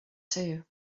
too